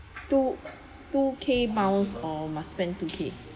two two K miles or must spend two K